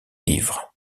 livres